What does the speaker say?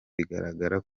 bigaragara